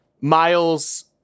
Miles